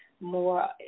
more